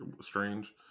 strange